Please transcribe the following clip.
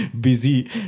busy